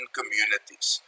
communities